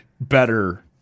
better